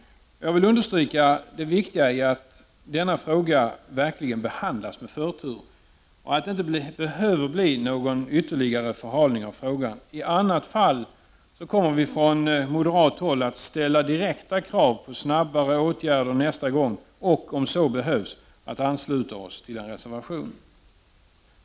Jag vill betona det viktiga i att denna fråga verkligen behandlas med förtur och att det inte behöver bli någon ytterligare förhalning av frågan. I annat fall kommer vi från moderat håll att ställa direkta krav på snabbare åtgärder nästa gång, och om så behövs, att ansluta oss till en reservation.